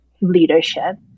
leadership